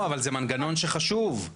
אבל זה מנגנון שהוא חשוב.